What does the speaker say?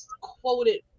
quoted